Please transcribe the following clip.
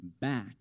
back